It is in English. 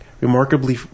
remarkably